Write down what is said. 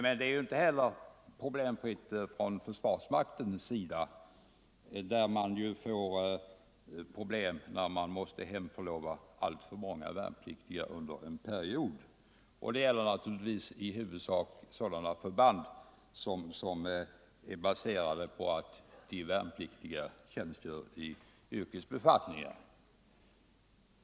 Men det är inte heller problemfritt för försvarsmakten när man måste hemförlova alltför många värnpliktiga under en period. Det gäller naturligtvis i huvudsak sådana förband som är baserade på att de värnpliktiga tjänstgör i yrkesbefattningar.